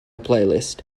playlist